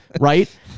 right